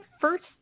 first